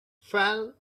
fell